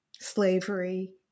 slavery